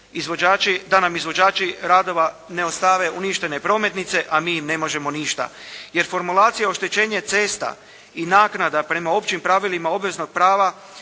da nam izvođači radova ne ostave uništene prometnice, a mi im ne možemo ništa. Jer formulacija oštećenje cesta i naknada prema općim pravilima obveznog prava